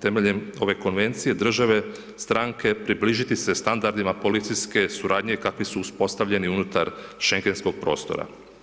temeljem ove Konvencije, države, stranke približiti se standardima policijske suradnje kakvi su uspostavljani unutar schengenskog prostora.